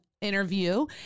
interview